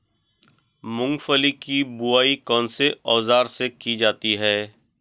मूंगफली की बुआई कौनसे औज़ार से की जाती है?